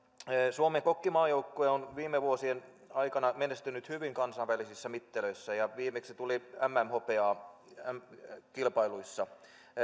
suomen kokkimaajoukkue on viime vuosien aikana menestynyt hyvin kansainvälisissä mittelöissä ja viimeksi tuli hopeaa mm kilpailuissa